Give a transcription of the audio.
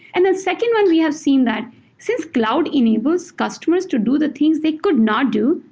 and then second one we have seen that since cloud enables customers to do the things they could not do.